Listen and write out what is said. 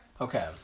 Okay